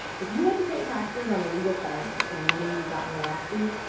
if you had to pay taxes on a legal settlement or money you got in a lawsuit,